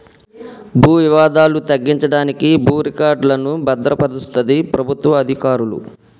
భూ వివాదాలు తగ్గించడానికి భూ రికార్డులను భద్రపరుస్తది ప్రభుత్వ అధికారులు